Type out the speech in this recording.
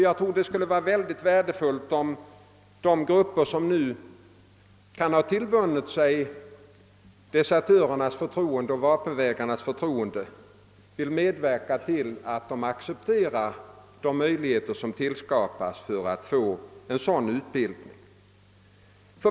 Jag tror att det skulle vara mycket värdefullt om de grupper, som nu tillvunnit sig desertörernas och vapenvägrarnas förtroende, ville medverka till att dessa accepterar de möjligheter som tillskapas för en viss utbildning.